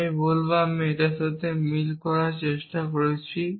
আমি বলবো আমি এটার সাথে মিল করার চেষ্টা করছি